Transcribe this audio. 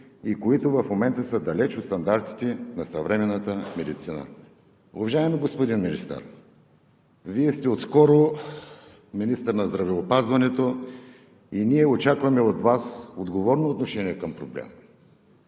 си, които в момента са далеч от стандартите на съвременната медицина. Уважаеми господин Министър, Вие отскоро сте министър на здравеопазването и ние очакваме от Вас отговорно отношение към проблема.